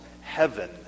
heaven